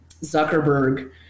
Zuckerberg